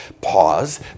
Pause